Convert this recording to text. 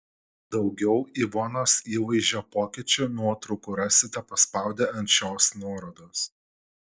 daugiau ivonos įvaizdžio pokyčių nuotraukų rasite paspaudę ant šios nuorodos